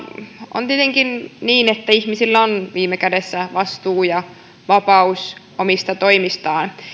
on tietenkin niin että ihmisillä on viime kädessä vastuu ja vapaus omista toimistaan